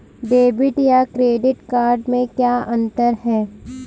Debit या credit card में क्या अन्तर है?